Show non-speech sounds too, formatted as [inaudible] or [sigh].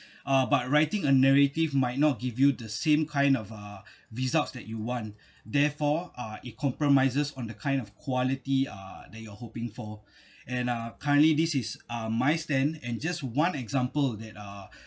[breath] uh but writing a narrative might not give you the same kind of uh [breath] results that you want therefore uh it compromises on the kind of quality uh that you are hoping for [breath] and uh currently this is uh my stand and just one example that uh